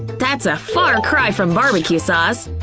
that's a far cry from barbecue sauce.